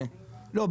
לא,